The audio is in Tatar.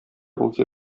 үги